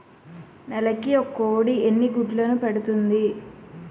నెలకి ఒక కోడి ఎన్ని గుడ్లను పెడుతుంది?